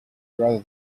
rather